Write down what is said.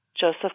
Joseph